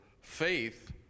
faith